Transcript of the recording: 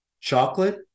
Chocolate